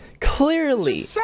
clearly